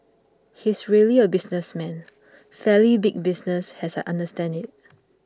he's really a businessman fairly big business as I understand it